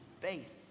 faith